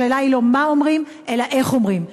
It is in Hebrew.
השאלה היא לא מה אומרים, אלא איך אומרים.